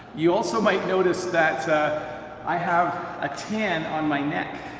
you also might notice that i have a tan on my neck,